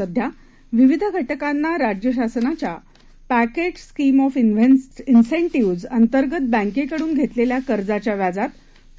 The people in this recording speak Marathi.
सध्या विविध घटकांना राज्य शासनाच्या पक्क्ज स्कीम ऑफ इंनसेंटीव्हज अंतर्गत बँकेकडून घेतलेल्या कर्जाच्या व्याजात